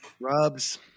Rubs